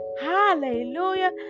Hallelujah